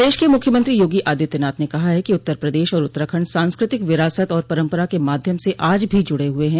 प्रदेश के मुख्यमंत्री योगी आदित्यनाथ ने कहा है कि उत्तर प्रदेश और उत्तराखंड सांस्कृतिक विरासत और परम्परा के माध्यम से आज भी जुड़े हुए हैं